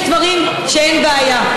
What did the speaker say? יש דברים שאין בעיה.